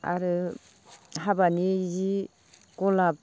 आरो हाबानि जि गलाप